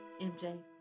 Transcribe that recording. MJ